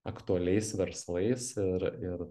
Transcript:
aktualiais verslais ir ir